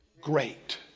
great